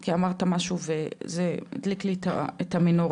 כי אמרת משהו וזה הדליק לי את המנורה,